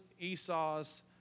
Esau's